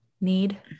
need